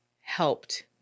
helped